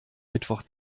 mittwoch